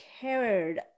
cared